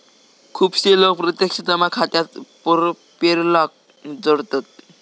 खुपशे लोक प्रत्यक्ष जमा खात्याक पेरोलाक जोडतत